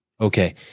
Okay